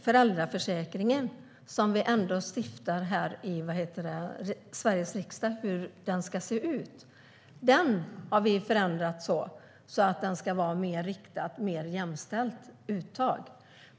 Föräldraförsäkringen, som vi här i Sveriges riksdag lagstiftar om hur den ska se ut, har vi däremot förändrat så att den ska vara riktad mot ett mer jämställt uttag.